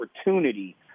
opportunity